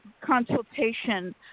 consultation